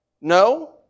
No